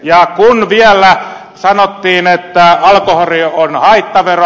ja kun vielä sanottiin että alkoholivero on haittavero